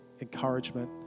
encouragement